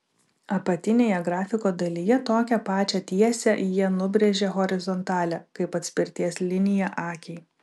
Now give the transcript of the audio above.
apatinėje grafiko dalyje tokią pačią tiesę jie nubrėžė horizontalią kaip atspirties liniją akiai